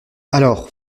alors